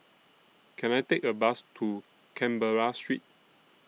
Can I Take A Bus to Canberra Street